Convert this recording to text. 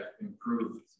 improved